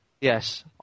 Yes